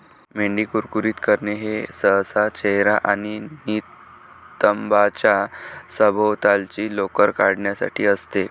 मेंढी कुरकुरीत करणे हे सहसा चेहरा आणि नितंबांच्या सभोवतालची लोकर काढण्यासाठी असते